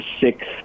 six